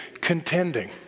contending